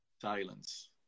silence